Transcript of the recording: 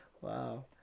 Wow